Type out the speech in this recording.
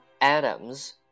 Adams